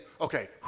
okay